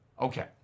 Okay